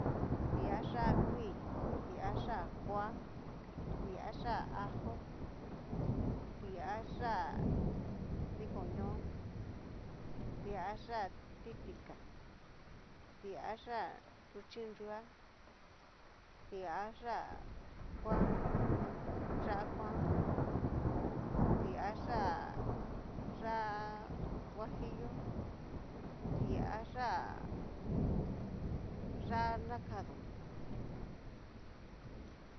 Tiayá kuii, tiayá kua, tiayá ajo, tiayá tikoñó, tiayá titika, tiayá nruchi nrua, tiayá kuan yá'a kuan, tiayá yá'a huajillo, tiayá yá'a nakadon.